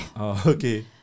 okay